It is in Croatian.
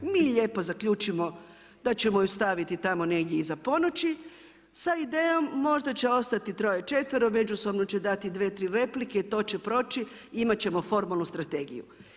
Mi lijepo zaključimo da ćemo ju staviti tamo negdje iza ponoći sa idejom možda će ostati troje, četvoro međusobno će dati dvije, tri replike i to će proći imat ćemo formalnu strategiju.